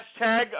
hashtag